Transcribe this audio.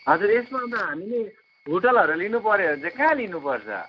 हजुर यसबाट त हामीले होटेलहरू लिनुपर्यो भने चाहिँ कहाँ लिनुपर्छ